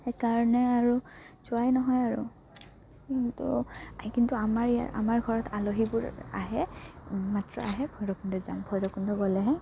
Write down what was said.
সেইকাৰণে আৰু যোৱাই নহয় আৰু কিন্তু কিন্তু আমাৰ ইয়াত আমাৰ ঘৰত আলহীবোৰ আহে মাত্ৰ আহে ভৈৰৱকুণ্ড যাম ভৈৰৱকুণ্ড গ'লেহে